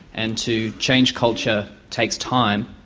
and to change culture takes time.